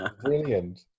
Brilliant